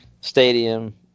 stadium